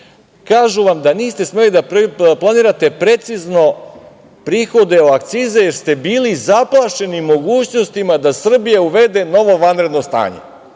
kažu vam da niste smeli da planirate precizno prihode od akciza, jer ste bili zaplašeni mogućnostima da Srbija uvede novo vanredno stanje.